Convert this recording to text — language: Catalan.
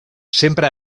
sempre